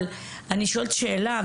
אבל אני שואלת שאלה,